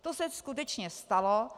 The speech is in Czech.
To se skutečně stalo.